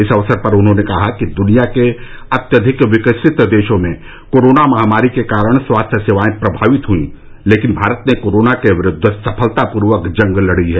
इस अवसर पर उन्होंने कहा कि दुनिया के अत्यधिक विकसित देशों में कोरोना महामारी के कारण स्वास्थ्य सेवाएं प्रभावित हुईं लेकिन भारत ने कोरोना के विरूद्व सफलतापूर्वक जंग लड़ी है